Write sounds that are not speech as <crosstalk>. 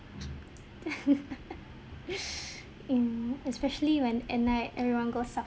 <laughs> in especially when at night everyone goes out